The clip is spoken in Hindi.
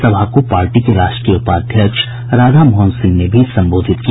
सभा को पार्टी के राष्ट्रीय उपाध्यक्ष राधा मोहन सिंह ने भी संबोधित किया